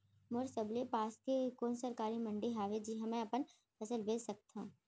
मोर सबले पास के कोन सरकारी मंडी हावे जिहां मैं अपन फसल बेच सकथव?